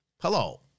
Hello